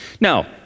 Now